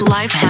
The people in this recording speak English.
life